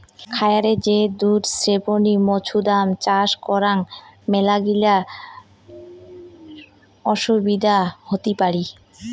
খায়ারে যে দুধ ছেপনি মৌছুদাম চাষ করাং মেলাগিলা অসুবিধা হতি পারি